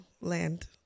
land